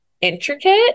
intricate